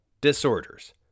disorders